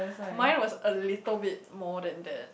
mine was a little bit more than that